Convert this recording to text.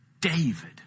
David